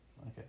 Okay